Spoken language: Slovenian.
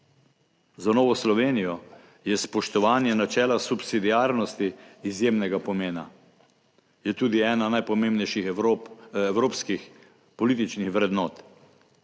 Za Novo Slovenijo je spoštovanje načela subsidiarnosti izjemnega pomena, je tudi ena najpomembnejših evropskih političnih vrednot.